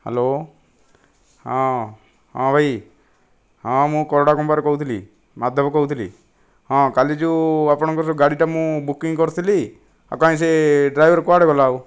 hello ହଁ ହଁ ଭାଇ ହଁ ମୁଁ କାରୋଡ଼ାକମ୍ପାରୁ କହୁଥିଲି ମାଧବ କହୁଥିଲି ହଁ କାଲି ଯେଉଁ ଆପଣଙ୍କ ଗାଡ଼ିଟା ମୁଁ ବୁକିଂ କରିଥିଲି ଆଉ କାହିଁ ସେ ଡ୍ରାଇଭର କୁଆଡ଼େ ଗଲା ଆଉ